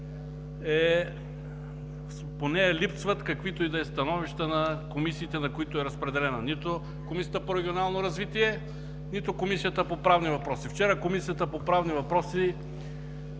липсват каквито и да е становища на комисиите, на които е разпределена – нито от Комисията по регионално развитие, нито от Комисията по правни въпроси. Вчера Комисията по правни въпроси